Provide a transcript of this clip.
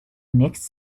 next